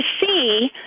see